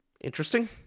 interesting